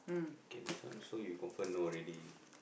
kay this one so you confirm know already